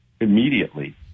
immediately